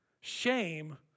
Shame